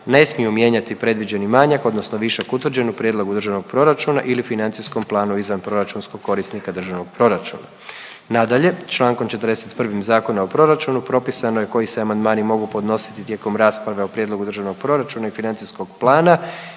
ne smiju mijenjati predviđeni manjak odnosno višak utvrđen u prijedlogu Državnog proračuna ili financijskom planu izvanproračunskog korisnika Državnog proračuna. Nadalje, Člankom 41. Zakona o proračunu propisano je koji se amandmani mogu podnositi tijekom rasprave o prijedlogu Državnog proračuna i financijskog plana